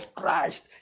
Christ